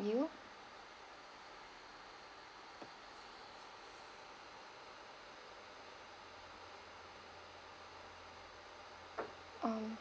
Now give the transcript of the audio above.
you um